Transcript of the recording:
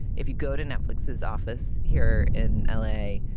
if you go to netflix's office here in l a,